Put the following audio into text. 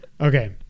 Okay